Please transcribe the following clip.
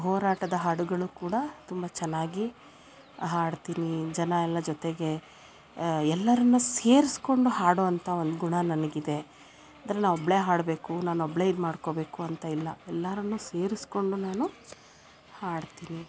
ಹೋರಾಟದ ಹಾಡುಗಳು ಕೂಡ ತುಂಬಾ ಚೆನ್ನಾಗಿ ಹಾಡ್ತೀನಿ ಜನಯೆಲ್ಲ ಜೊತೆಗೆ ಎಲ್ಲರನ್ನ ಸೇರ್ಸ್ಕೊಂಡು ಹಾಡುವಂಥಾ ಒಂದು ಗುಣ ನನಗಿದೆ ಅಂದ್ರ ನಾ ಒಬ್ಬಳೆ ಹಾಡಬೇಕು ನಾ ಒಬ್ಬಳೆ ಇದು ಮಾಡ್ಕೋಬೇಕು ಅಂತ ಇಲ್ಲ ಎಲ್ಲಾರನ್ನ ಸೇರಿಸ್ಕೊಂಡು ನಾನು ಹಾಡ್ತೀನಿ